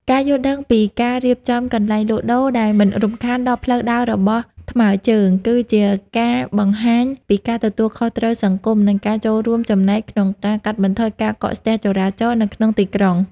ការយល់ដឹងពីការរៀបចំកន្លែងលក់ដូរដែលមិនរំខានដល់ផ្លូវដើររបស់ថ្មើរជើង គឺជាការបង្ហាញពីការទទួលខុសត្រូវសង្គម និងការចូលរួមចំណែកក្នុងការកាត់បន្ថយការកកស្ទះចរាចរណ៍នៅក្នុងទីក្រុង។